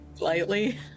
lightly